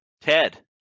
Ted